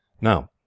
Now